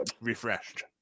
refreshed